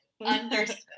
Understood